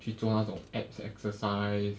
去做那种 ab exercise